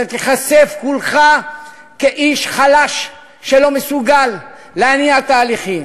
אתה תיחשף כולך כאיש חלש שלא מסוגל להניע תהליכים.